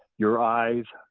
your eyes,